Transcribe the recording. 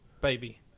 baby